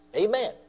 Amen